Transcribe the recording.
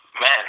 Man